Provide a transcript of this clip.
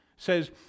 says